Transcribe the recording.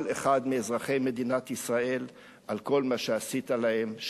אחד מאזרחי מדינת ישראל על כל מה שעשית להם,